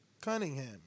Cunningham